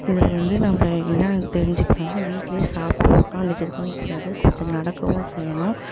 இதில் வந்து நம்ப என்னா தெரிஞ்சுக்கணுன்னா வீட்டில் சாப்பிட்டு உக்காண்துட்ருக்கவும் கூடாது கொஞ்சம் நடக்கவும் செய்யணும்